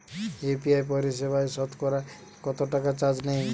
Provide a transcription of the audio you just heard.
UPI পরিসেবায় সতকরা কতটাকা চার্জ নেয়?